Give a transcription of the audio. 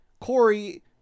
Corey